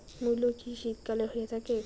মূলো কি শীতকালে হয়ে থাকে?